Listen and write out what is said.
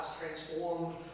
Transformed